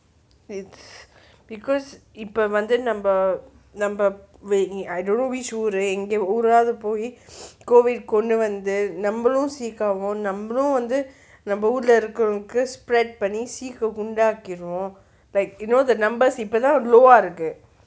it's because இப்போ வந்து நம்ம நம்ம:ippo vanthu namma namma I don't know which ஊரு எந்த ஊராவது போய்:uuru entha uuravathu pooi COVID கொண்டு வந்து நம்மளும்:kondu vanthu nammalum sick ஆவும் நம்மளும் வந்து நம்ம ஊருல இருக்கறவுங்களுக்கு:aavum nammalum vanthu namma uurula irukkaravungalukku spread sick ah உண்டாகிறுவோம்:undaakkiruvom like you know the numbers இப்போதா:ippotha low ah இருக்கு:irukku